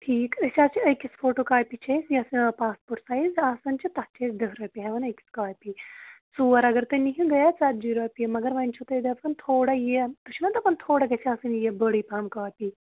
ٹھیٖک أسۍ حظ چھِ أکِس فوٹو کاپی چھِ أسۍ یَتھ پاسپوٹ سایز آسَان چھِ تَتھ چھِ أسۍ دہ رۄپیہِ ہٮ۪وَان أکِس کاپی ژور اگر تُہۍ نِہو گٔیے ژَتجی رۄپیہِ مگر وۅنۍ چھُو تۄہہِ دَپَان تھوڑا یہِ تُہۍ چھُوا دَپَان تھوڑا گژھِ آسٕنۍ یہِ بٔڑٕے پہم کاپی